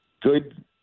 good